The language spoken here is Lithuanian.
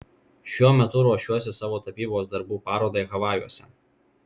šiuo metu ruošiuosi savo tapybos darbų parodai havajuose